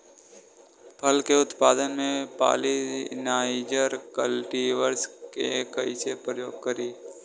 फल के उत्पादन मे पॉलिनाइजर कल्टीवर्स के कइसे प्रयोग करी?